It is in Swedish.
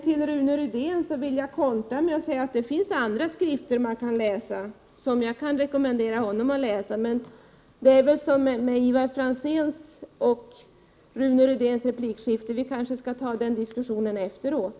Till Rune Rydén vill jag sedan kontra med att säga att det finns andra skrifter som jag kan rekommendera honom att läsa. Men det är väl som med Ivar Franzéns och Rune Rydéns replikskifte, att vi kanske skall ta den diskussionen efteråt.